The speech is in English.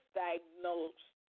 diagnosed